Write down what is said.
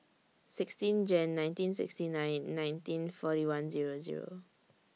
sixteen Jan nineteen sixty nine nineteen forty one Zero Zero